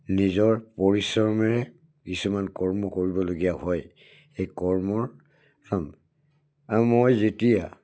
নিজৰ পৰিশ্ৰমেৰে কিছুমান কৰ্ম কৰিবলগীয়া হয় সেই কৰ্মৰ মই যেতিয়া